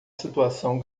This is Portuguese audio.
situação